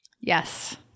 Yes